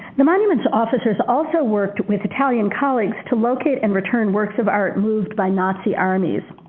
the monuments officers also worked with italian colleagues to locate and return works of art moved by nazi armies.